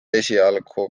esialgu